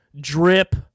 drip